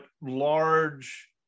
large